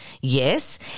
Yes